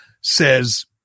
says